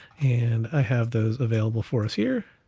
and i have those available for us here.